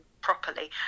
properly